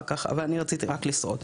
אבל אני רציתי רק לשרוד,